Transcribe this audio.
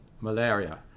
malaria